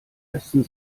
ersten